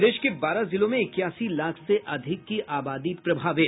प्रदेश के बारह जिलों में इक्यासी लाख से अधिक की आबादी प्रभावित